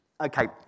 Okay